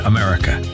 America